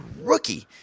rookie